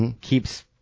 keeps